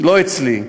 לא אצלי.